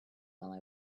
while